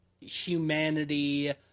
humanity